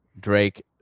Drake